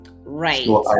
Right